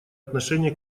отношение